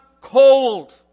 cold